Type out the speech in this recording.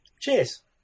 Cheers